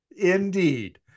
Indeed